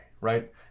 right